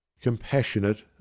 compassionate